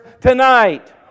tonight